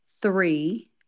three